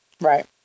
Right